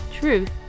truth